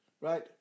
right